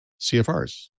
CFRs